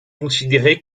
considérée